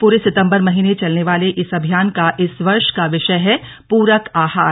पूरे सितम्बर महीने चलने वाले इस अभियान का इस वर्ष का विषय है पूरक आहार